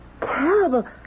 terrible